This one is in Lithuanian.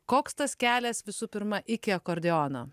koks tas kelias visų pirma iki akordeono